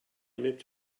moved